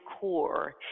core